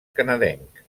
canadenc